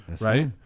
Right